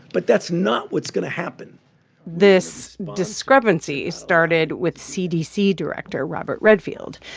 but that's not what's going to happen this discrepancy started with cdc director robert redfield.